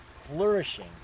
flourishing